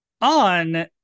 on